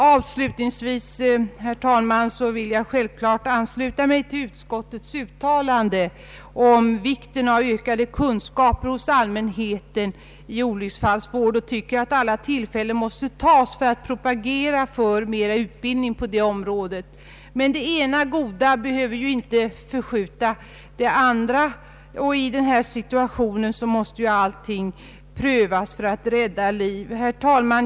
Avslutningsvis, herr talman, vill jag självfallet ansluta mig till utskottets uttalande om vikten av ökade kunskaper bland allmänheten i olycksfallsvård. Jag tycker att vi bör tillvarata alla tillfällen att propagera för mer utbildning på detta område. Men det ena goda behöver ju inte förskjuta det andra, och allt som kan rädda liv måste prövas. Herr talman!